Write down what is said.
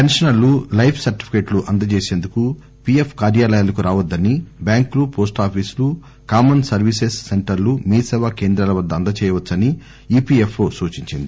పెన్షనర్లు లైఫ్ సర్టిఫికెట్లు అందజేసేందుకు పీఎఫ్ కార్యాలయాలకు రావొద్దని బ్యాంకులు పోస్హాఫీసులు కామస్ సర్వీస్ సెంటర్లుమీ సేవా కేంద్రాల వద్ద అందజేయొచ్చని ఈపీఎఫ్ వోసూచించింది